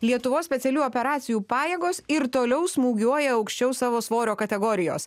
lietuvos specialiųjų operacijų pajėgos ir toliau smūgiuoja aukščiau savo svorio kategorijos